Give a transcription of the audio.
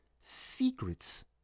secrets